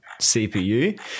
CPU